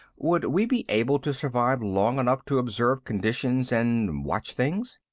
would we be able to survive long enough to observe conditions and watch things?